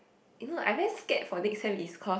you know I very scared for next sem is cause